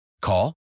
Call